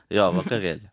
jo vakarėlį